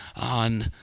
on